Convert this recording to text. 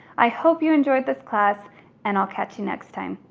i hope you enjoyed this class and i'll catch you next time.